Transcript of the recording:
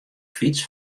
fyts